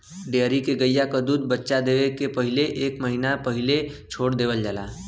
dairy के गइया क दूध बच्चा देवे के पहिले एक महिना पहिले छोड़ देवल जाला